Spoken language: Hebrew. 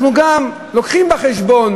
אנחנו גם מביאים בחשבון